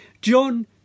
John